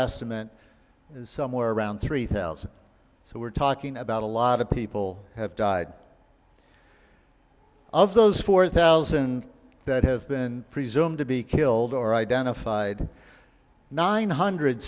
estimate is somewhere around three thousand so we're talking about a lot of people have died of those four thousand that have been presumed to be killed or identified nine hundred